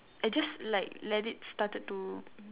I just like let it started to